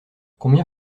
combien